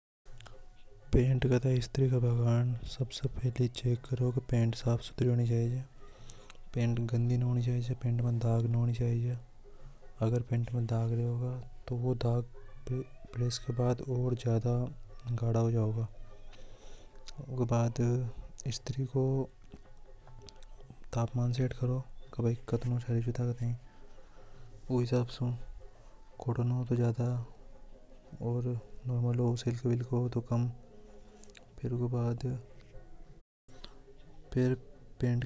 ﻿पेंट करता स्त्री कारवा कंजे सबसे पहले चेक करोगे पेट साफ सुथरा होनी चाहिए। पेट गंदी नी होनी चाहिए पेट में दाग नहीं होना चाहिए अगर पेट में दाग रहेगा तो वह दाग प्रेस के बाद और ज्यादा गड़ा हो जाएगा। उसके बाद स्त्री को तापमान सेट करो कि करने चाहिए थाई तो कम फिर के बाद फिर पेट